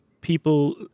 people